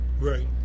Right